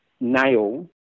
nail